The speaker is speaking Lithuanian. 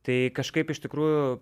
tai kažkaip iš tikrųjų